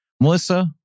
Melissa